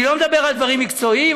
אני לא מדבר על דברים מקצועיים.